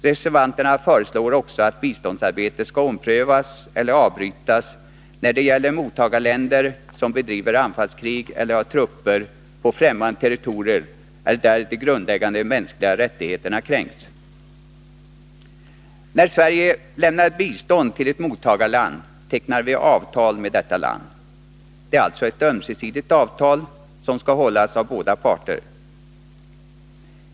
Reservanterna föreslår också att biståndsarbetet skall omprövas eller avbrytas när det gäller mottagarländer som bedriver anfallskrig eller har trupper på främmande territorium eller där de grundläggande mänskliga rättigheterna kränks. När Sverige lämnar bistånd till ett mottagarland, tecknar vi avtal med detta land. Det är alltså ett ömsesidigt avtal, som skall hållas av båda parter.